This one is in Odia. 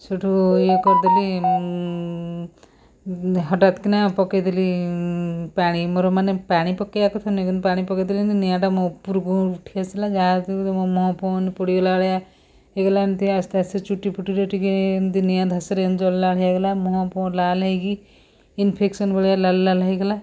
ସେଇଠୁ ଇଏ କରିଦେଲି ହଠାତ୍ କିନା ପକେଇଦେଲି ପାଣି ମୋର ମାନେ ପାଣି ପକେଇବା କଥା ନୁହେଁ କିନ୍ତୁ ପାଣି ପକେଇଦେଲି କିନ୍ତୁ ନିଆଁଟା ମୋ ଉପରକୁ ଉଠି ଆସିଲା ଯାହା କି ମୋ ମୁହଁ ଫୁହଁ ପୋଡ଼ିଗଲା ଭଳିଆ ହେଇଗଲା ଏମିତି ଆସ୍ତେ ଆସ୍ତେ ଚୁଟି ଫୁଟିରେ ଟିକିଏ ଏମିତି ନିଆଁ ଧାଁସରେ ଏମିତି ଜଳିଲା ଭଳିଆ ହେଇଗଲା ମୁହଁ ଫୁହଁ ଲାଲ୍ ହେଇକି ଇନ୍ଫେକ୍ସନ୍ ଭଳିଆ ଲାଲ୍ ଲାଲ୍ ହେଇଗଲା